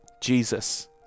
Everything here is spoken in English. Jesus